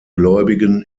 gläubigen